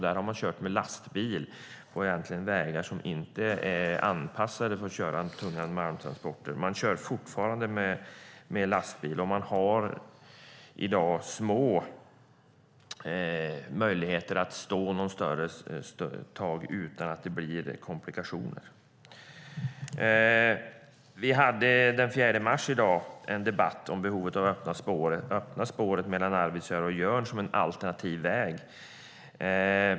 Där har man kört med lastbil på vägar som inte är anpassade för tunga malmtransporter. Man kör fortfarande med lastbil, och man har i dag små möjligheter att stå något längre tag utan att det blir komplikationer. Den 4 mars hade vi en debatt om behovet av att öppna spåret mellan Arvidsjaur och Jörn som en alternativ väg.